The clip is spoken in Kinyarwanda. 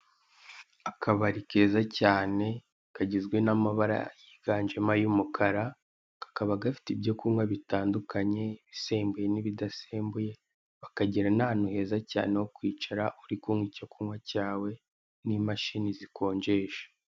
Akabari keza cyane kagizwe n'amabara yiganjemo ay'umukara kakaba gafite ibyo kunywa bitandukanye ibisembuye n'ibidasembuye, bakagira n'ahantu heza cyane ho kwicara uri kunywa icyo kunywa cyawe n'imashini zikonjesha.